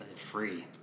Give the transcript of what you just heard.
free